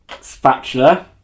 Spatula